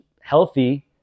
healthy